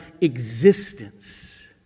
existence